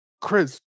Chris